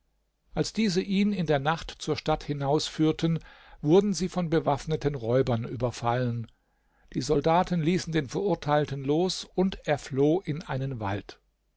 als diese ihn in der nacht zur stadt hinausführten wurden sie von bewaffneten räubern überfallen die soldaten ließen den verurteilten los und er floh in einen wald